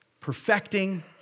perfecting